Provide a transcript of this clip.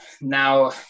Now